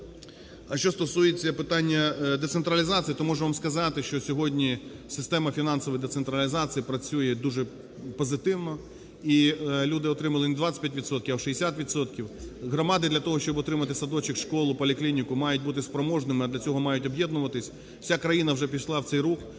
А що стосується питання децентралізації, то можу вам сказати, що сьогодні система фінансової децентралізації працює дуже позитивно, і люди отримали не 25 відсотків, а 60 відсотків. Громади для того, щоб утримати садочок, школу, поліклініку, мають бути спроможними, а для цього мають об'єднуватися. Вся країна пішла в цей рух,